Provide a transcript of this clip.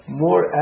more